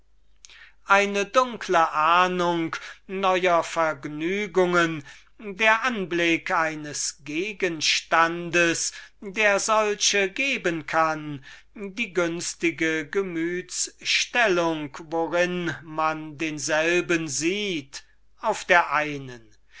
eine dunkle ahnung neuer vergnügungen der anblick eines gegenstands der solche geben kann die günstige gemütsstellung worin man denselben sieht auf der einen die